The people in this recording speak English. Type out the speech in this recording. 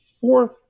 fourth